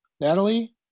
Natalie